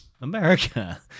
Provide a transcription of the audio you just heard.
America